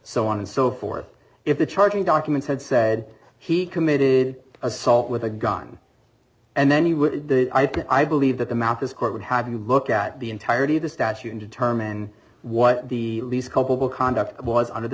so on and so forth if the charging documents had said he committed assault with a gun and then he would be i believe that the map this court would have you look at the entirety of the statute and determine what the least culpable conduct was under the